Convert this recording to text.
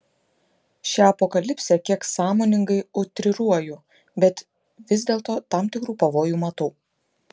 šią apokalipsę kiek sąmoningai utriruoju bet vis dėlto tam tikrų pavojų matau